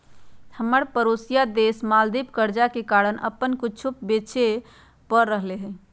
हमर परोसिया देश मालदीव कर्जा के कारण अप्पन कुछो बेचे पड़ रहल हइ